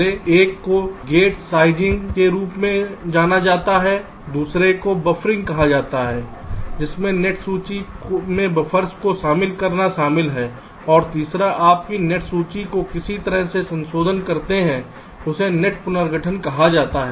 पहले एक को गेट साइजिंग के रूप में जाना जाता है दूसरे को बफरिंग कहा जाता है जिसमें नेट सूची में बफ़र्स को शामिल करना शामिल है और तीसरा आपकी नेट सूची को किसी तरह से संशोधित करते हैं इसे नेटलिस्ट पुनर्गठन कहा जाता है